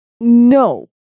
no